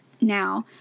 now